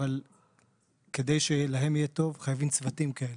אבל כדי שלהם יהיה טוב חייבים צוותים כאלה.